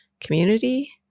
community